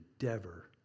endeavor